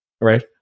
right